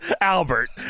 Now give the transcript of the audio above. Albert